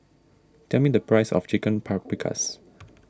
tell me the price of Chicken Paprikas